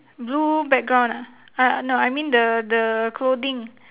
blue background ah ah no I mean the the clothing